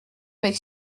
avec